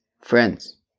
friends